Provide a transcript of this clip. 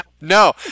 no